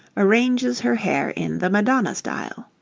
arranges her hair in the madonna style.